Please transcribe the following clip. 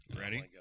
Ready